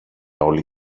όλη